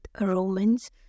Romans